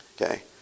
Okay